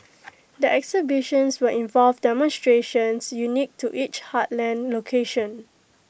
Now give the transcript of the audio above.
the exhibitions will involve demonstrations unique to each heartland location